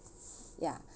ya